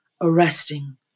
arresting